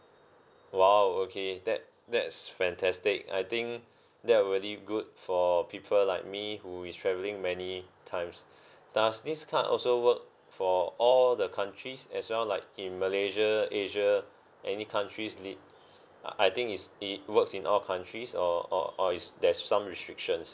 !wow! okay that that's fantastic I think that really good for people like me who is travelling many times does this card also work for all the countries as well like in malaysia asia any countries li~ uh I think it works in all countries or or or is there's some restrictions